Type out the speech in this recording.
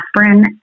aspirin